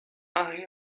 aze